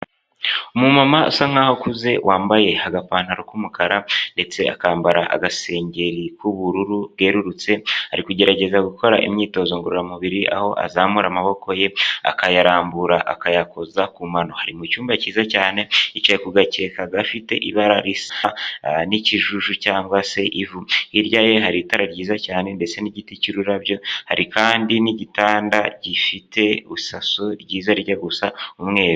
Umumama asa nkaho akuze wambaye agapantaro k'umukara ndetse akambara agasengeri k'ubururu bwerurutse, ari kugerageza gukora imyitozo ngororamubiri aho azamura amaboko ye, akayarambura akayakoza ku mano mu cyumba cyiza cyane, yicaye ku gakeka gafite ibara risa n'ikijuju cyangwa se ivu, hirya ye hari itara ryiza cyane ndetse n'igiti cy'ururabyo hari kandi n'igitanda gifite isaso ryijya gusa umweru.